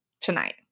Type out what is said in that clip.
tonight